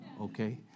okay